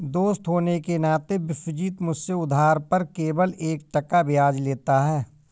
दोस्त होने के नाते विश्वजीत मुझसे उधार पर केवल एक टका ब्याज लेता है